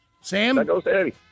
Sam